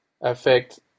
affect